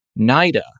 NIDA